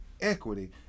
equity